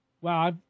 Wow